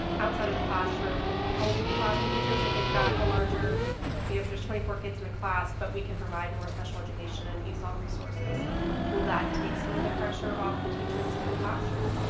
outside of the classroom help the classroom teachers if they've got a larger. you know if there are twenty four kids in the class but we can provide more special education and esol resources will that take some of the pressure off the teachers in the classroom?